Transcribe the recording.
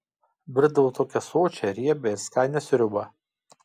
virdavau tokią sočią riebią ir skanią sriubą